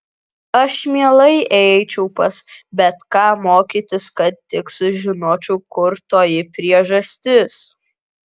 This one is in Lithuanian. aš mielai eičiau pas bet ką mokytis kad tik sužinočiau kur toji priežastis